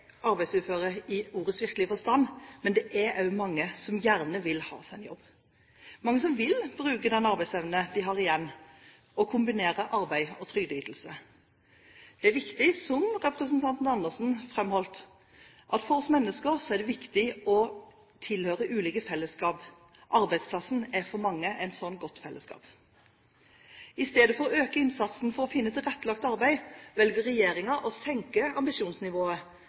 arbeidsuføre i ordets virkelige forstand, men det er også mange som gjerne vil ha seg en jobb, mange som vil bruke den arbeidsevnen de har igjen, og kombinere arbeid og trygdeytelser. Det er viktig, som representanten Andersen framholdt, for oss mennesker å tilhøre ulike fellesskap. Arbeidsplassen er for mange et slikt godt fellesskap. I stedet for å øke innsatsen for å finne tilrettelagt arbeid velger regjeringen å senke ambisjonsnivået